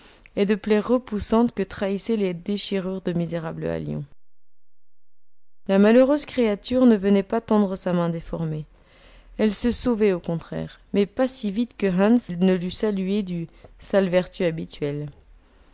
et de plaies repoussantes que trahissaient les déchirures de misérables haillons la malheureuse créature ne venait pas tendre sa main déformée elle se sauvait au contraire mais pas si vite que hans ne l'eût saluée du saellvertu habituel